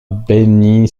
beni